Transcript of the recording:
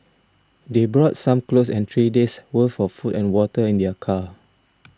they brought some clothes and three days' worth of food and water in their car